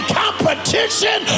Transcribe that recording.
competition